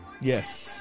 Yes